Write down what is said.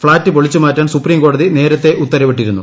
flat പൊളിച്ചുമാറ്റാൻ സുപ്രീംകോടതി നേരത്തേ ഉത്തരവിട്ടിരുന്നു